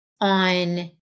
on